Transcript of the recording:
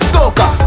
Soca